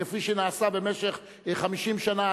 כפי שנעשה במשך 50 שנה,